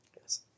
Yes